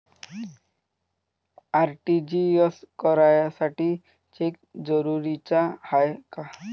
RTGS करासाठी cheque जरुरीचा हाय काय?